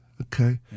Okay